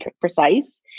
precise